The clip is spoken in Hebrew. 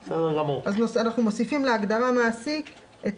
הם לקחו את ההפרשות ואמרו, אני לוקח את